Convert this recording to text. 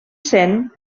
sent